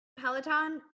Peloton